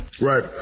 right